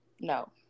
No